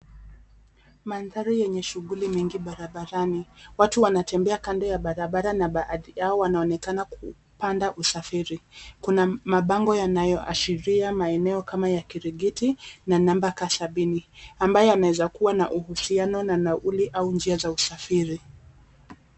Mandhari yenye shughuli nyingi barabarani. Watu wanatembea kando ya barabara na baadhi yao wanaonekana kupanda usafiri. Kuna mabango yanayoashiria maeneo kama ya kiringiti na number kama 70 ambaye anaeza kuwa na uhusiano na nauli au njia za usafiri.